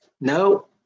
No